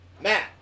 Matt